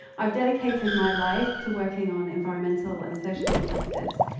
i've dedicated my life to working on environmental and social justice.